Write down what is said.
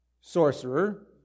sorcerer